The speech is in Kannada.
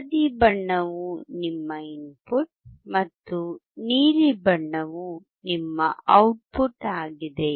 ಹಳದಿ ಬಣ್ಣವು ನಿಮ್ಮ ಇನ್ಪುಟ್ ಮತ್ತು ನೀಲಿ ಬಣ್ಣವು ನಿಮ್ಮ ಔಟ್ಪುಟ್ ಆಗಿದೆ